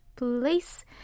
Place